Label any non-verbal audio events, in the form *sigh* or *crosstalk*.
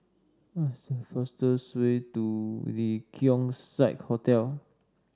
*unintelligible* fastest way to The Keong Saik Hotel